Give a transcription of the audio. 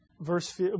Verse